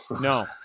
No